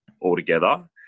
altogether